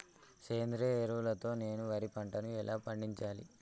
సేంద్రీయ ఎరువుల తో నేను వరి పంటను ఎలా పండించాలి?